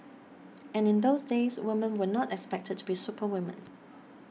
and in those days women were not expected to be superwomen